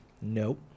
Nope